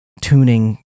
tuning